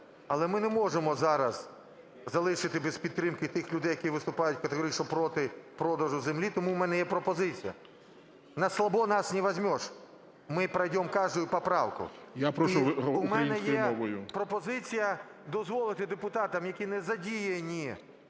Але ми не можемо зараз залишити без підтримки тих людей, які виступають категорично проти продажу землі, тому у мене є пропозиція. На "слабо" нас не возьмешь! Мы пройдем каждую поправку! ГОЛОВУЮЧИЙ. Я прошу українською мовою.